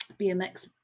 BMX